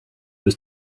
was